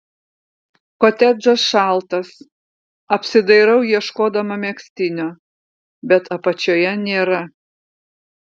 kotedžas šaltas apsidairau ieškodama megztinio bet apačioje nėra